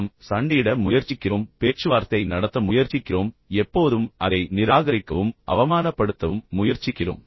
நாங்கள் சண்டையிட முயற்சிக்கிறோம் பேச்சுவார்த்தை நடத்த முயற்சிக்கிறோம் நாங்கள் எப்போதும் அதை நிராகரிக்க முயற்சிக்கிறோம் பின்னர் அவமானப்படுத்த முயற்சிக்கிறோம்